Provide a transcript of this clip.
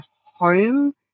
home